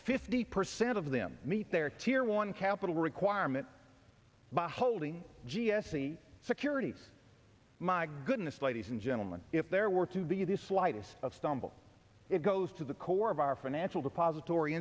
fifty percent of them meet their tier one capital requirement beholding g s t securities my goodness ladies and gentlemen if there were to be the slightest of stumble it goes to the core of our financial depository